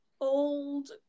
old